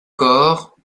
corps